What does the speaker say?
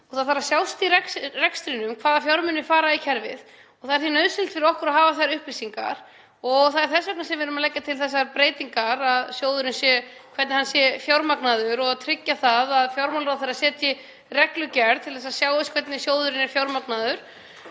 er. Það þarf að sjást í rekstrinum hvaða fjármunir fara í kerfið. Það er því nauðsynlegt fyrir okkur að hafa þær upplýsingar og það er þess vegna sem við erum að leggja til þessar breytingar á því hvernig sjóðurinn er fjármagnaður og tryggja það að fjármálaráðherra setji reglugerð til þess að það sjáist hvernig sjóðurinn er fjármagnaður.